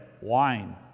wine